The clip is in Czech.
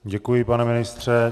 Děkuji, pane ministře.